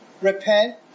repent